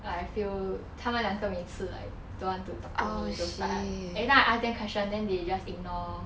I feel 他们两个每次 like don't want to talk to me those type everytime I ask them question then they just ignore